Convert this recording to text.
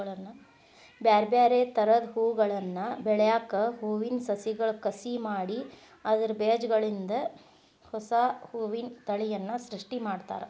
ಬ್ಯಾರ್ಬ್ಯಾರೇ ತರದ ಹೂಗಳನ್ನ ಬೆಳ್ಯಾಕ ಹೂವಿನ ಸಸಿಗಳ ಕಸಿ ಮಾಡಿ ಅದ್ರ ಬೇಜಗಳಿಂದ ಹೊಸಾ ಹೂವಿನ ತಳಿಯನ್ನ ಸೃಷ್ಟಿ ಮಾಡ್ತಾರ